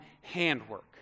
handwork